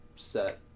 Set